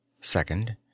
Second